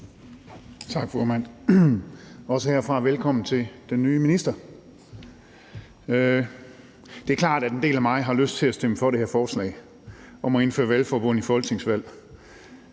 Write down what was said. Tak, formand. Også herfra skal der lyde et velkommen til den nye minister. Det er klart, at en del af mig har lyst til at stemme for det her forslag om at indføre valgforbund til folketingsvalg,